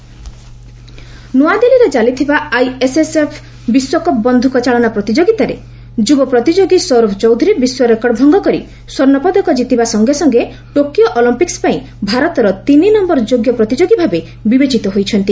ISSF ଗୋଲ୍ଚ ନୂଆଦିଲ୍ଲୀରେ ଚାଲିଥିବା ଆଇଏସ୍ଏସ୍ଏଫ୍ ବିଶ୍ୱକପ୍ ବନ୍ଧୁକ ଚାଳନା ପ୍ରତିଯୋଗିତାରେ ଯୁବ ପ୍ରତିଯୋଗୀ ସୌରଭ ଚୌଧୁରୀ ବିଶ୍ୱ ରେକର୍ଡ ଭଙ୍ଗ କରି ସ୍ୱର୍ଷ୍ଣ ପଦକ ଯିତିବା ସଙ୍ଗେ ସଙ୍ଗେ ଟୋକିଓ ଅଲମ୍ପିକ୍ସ ପାଇଁ ଭାରତର ତିନି ନମ୍ଘର ଯୋଗ୍ୟ ପ୍ରତିଯୋଗୀ ଭାବେ ବିବେଚିତ ହୋଇଛନ୍ତି